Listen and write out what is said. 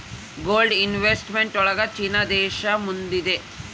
gold investment ಒಳಗ China ದೇಶ ಮುಂದಿದೆ